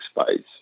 space